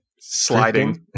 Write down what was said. sliding